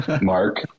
Mark